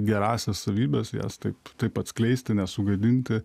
gerąsias savybes jas taip taip atskleisti nesugadinti